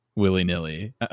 willy-nilly